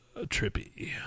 Trippy